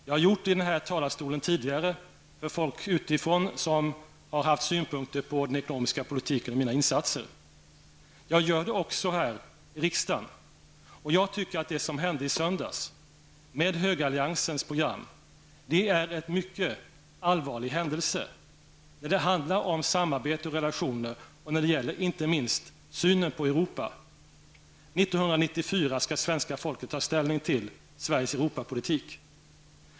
Jag har tidigare sagt ifrån i denna talarstol, när folk utifrån har haft synpunkter på den ekonomiska politiken och mina insatser. Jag gör det också här i riksdagen. Jag tycker att det som hände i söndags med högeralliansens program är mycket allvarligt när det gäller samarbete och relationer och inte minst när det gäller synen på Europa. 1994 skall svenska folket ta ställning till Sveriges Europapolitik.